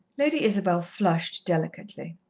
lady isabel flushed delicately.